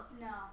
No